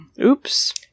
Oops